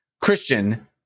Christian